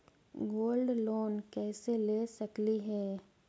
Gold loan कैसे ले सकली हे?